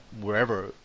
wherever